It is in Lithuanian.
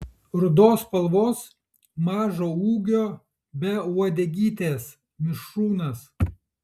rudos spalvos mažo ūgio be uodegytės mišrūnas